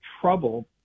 trouble